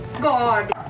God